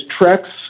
Trex